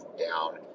down